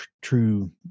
true